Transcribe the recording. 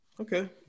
Okay